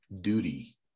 duty